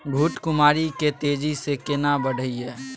घृत कुमारी के तेजी से केना बढईये?